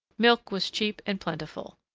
milk was cheap and plentiful.